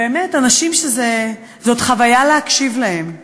באמת אנשים שזאת חוויה להקשיב להם.